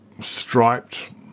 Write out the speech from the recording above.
Striped